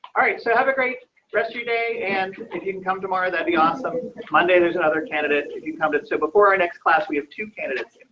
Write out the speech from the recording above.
all right. so have a great rest your day and if you can come tomorrow. that'd be awesome monday. there's another candidate. if you come to to before our next class we have two candidates.